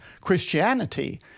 Christianity